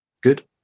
Good